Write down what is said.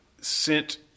sent